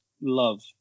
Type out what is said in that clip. love